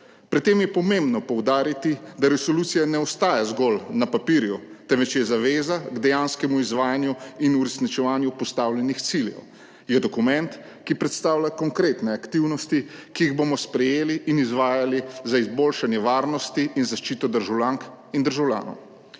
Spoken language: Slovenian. Pri tem je pomembno poudariti, da resolucija ne ostaja zgolj na papirju, temveč je zaveza k dejanskemu izvajanju in uresničevanju postavljenih ciljev, je dokument, ki predstavlja konkretne aktivnosti, ki jih bomo sprejeli in izvajali za izboljšanje varnosti in zaščito državljank in državljanov.